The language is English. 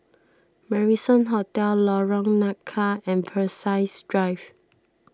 Marrison Hotel Lorong Nangka and Peirce Drive